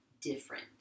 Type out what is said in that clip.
different